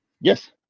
Yes